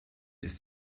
ist